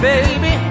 Baby